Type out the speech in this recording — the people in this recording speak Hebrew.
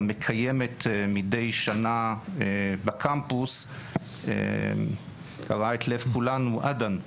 מקיימת מידי שנה בקמפוס קרעה את לב כולנו עדן,